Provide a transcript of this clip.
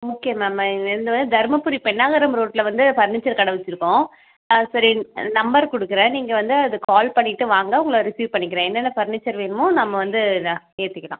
okay ma'am இது தருமபுரி பென்னாகரம் ரோட்டில் வந்து ஃபர்னீச்சர் கடை வச்சிருக்கோம் அது சரி நம்பர் கொடுக்கறேன் நீங்கள் வந்து அதுக் கால் பண்ணிவிட்டு வாங்க உங்களை ரிஸீவ் பண்ணிக்கிறேன் என்னென்ன ஃபர்னீச்சர் வேணுமோ நம்ம வந்து இதை ஏற்றிக்கிலாம்